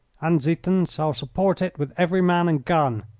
and ziethen's shall support it with every man and gun.